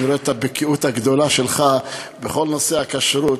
אני רואה את הבקיאות הגדולה שלך בכל נושא הכשרות.